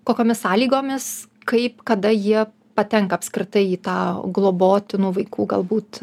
kokiomis sąlygomis kaip kada jie patenka apskritai jį tą globotinų vaikų galbūt